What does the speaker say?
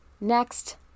Next